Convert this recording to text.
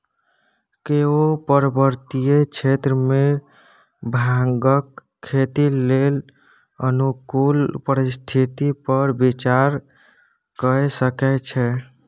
केओ पर्वतीय क्षेत्र मे भांगक खेती लेल अनुकूल परिस्थिति पर विचार कए सकै छै